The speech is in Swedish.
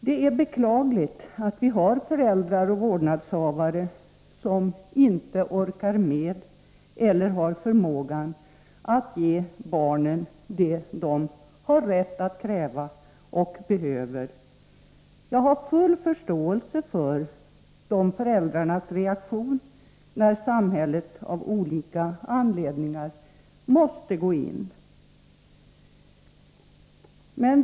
Det är beklagligt att det finns föräldrar och vårdnadshavare som inte orkar med eller har förmågan att ge barnen det de behöver och har rätt att kräva. Jag har full förståelse för dessa föräldrars reaktion när samhället av olika anledningar måste gripa in.